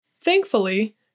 Thankfully